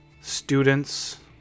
students